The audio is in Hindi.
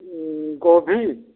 गोभी